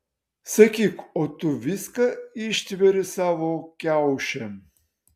sakyk o tu viską ištveri savo kiauše